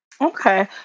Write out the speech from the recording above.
Okay